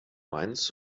mainz